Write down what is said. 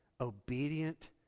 obedient